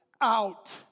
out